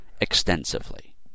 extensively